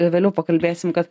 vėliau pakalbėsim kad